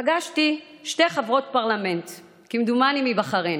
פגשתי שתי חברות פרלמנט, כמדומני מבחריין,